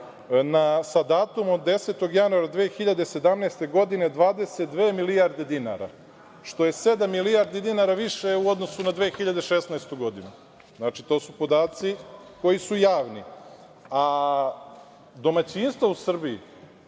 sa datumom od 10. januara 2017. godine 22 milijarde dinara, što je sedam milijardi dinara više u odnosu na 2016. godinu. To su podaci koji su javni, a domaćinstava u Srbiji